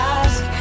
ask